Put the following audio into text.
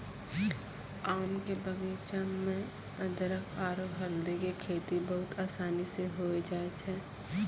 आम के बगीचा मॅ अदरख आरो हल्दी के खेती बहुत आसानी स होय जाय छै